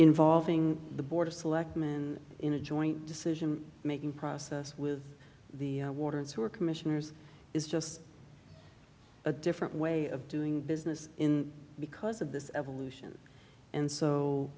involving the board of selectmen in a joint decision making process with the water and sewer commissioners is just a different way of doing business in because of this evolution and so